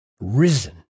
risen